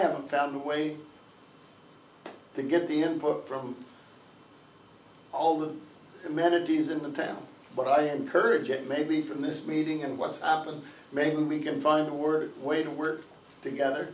haven't found a way to get the input from all the amenities in the town but i encourage it maybe from this meeting and what's up and maybe we can find a word way to work together